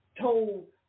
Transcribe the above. Told